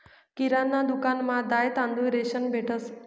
किराणा दुकानमा दाय, तांदूय, रेशन भेटंस